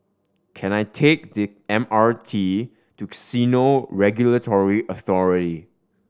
can I take the M R T to Casino Regulatory Authority